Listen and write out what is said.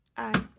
aye.